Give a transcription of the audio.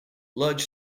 large